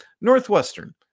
Northwestern